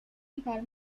igal